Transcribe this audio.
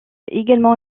également